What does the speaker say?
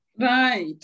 right